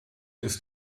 ist